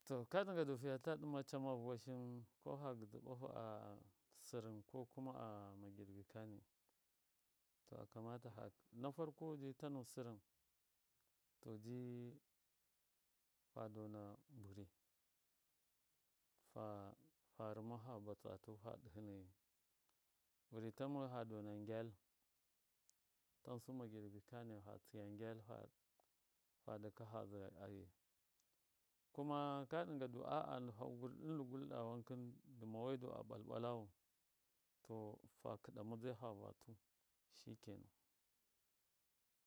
To kaɗɨnga ndu fiyata ɗɨma cama voshɨn ko fagɨdzɨ ɓafu a sɨrin ko kuma a magirbi kani to akamata fa na farko ji tanu sɨrɨm to ji fa dona bɨri fa rɨma fa bɨtsatu fa ɗɨhɨnoyi burɨ tammoyu fa dona ngyal tansu magirbi kani fa tsiya kyal fa daka fa zai kuma ka ɗɨnga ndu fa ngulɗɨ ndɨ gulɗa wankɨn dɨma wai du a ɓal-ɓalawu to fa kɨɗa mɨdzai fa vatu shike nan.